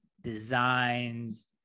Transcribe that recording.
designs